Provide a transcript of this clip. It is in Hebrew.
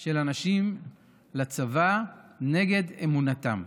של אנשים לצבא נגד אמונתם.